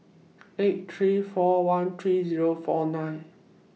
eight three four one three Zero four nine